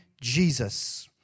Jesus